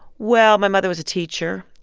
well, my mother was a teacher,